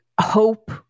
hope